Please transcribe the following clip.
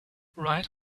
right